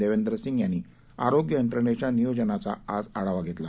देवेंदरसिंहयांनीआरोग्ययंत्रणेच्यानियोजनाचाआजआढावाघेतला